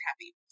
happy